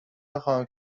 نخواهم